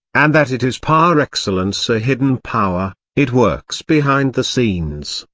and that it is par excellence a hidden power it works behind the scenes,